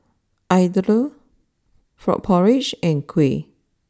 Idly Frog Porridge and Kuih